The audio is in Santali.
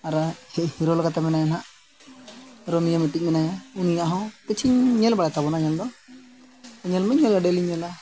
ᱟᱨ ᱦᱤᱨᱳ ᱞᱮᱠᱟᱛᱮ ᱢᱮᱱᱟᱭᱟ ᱱᱟᱦᱟᱸᱜ ᱨᱳᱢᱤᱭ ᱢᱤᱫᱴᱤᱡ ᱢᱮᱱᱟᱭᱟ ᱩᱱᱤᱭᱟᱜ ᱦᱚᱸ ᱠᱤᱪᱷᱩᱧ ᱧᱮᱞ ᱵᱟᱲᱟᱭ ᱛᱟᱵᱚᱱᱟ ᱧᱮᱞ ᱫᱚ ᱧᱮᱞ ᱢᱟᱹᱧ ᱧᱮᱞᱟ ᱰᱮᱞᱤᱧ ᱧᱮᱞᱟ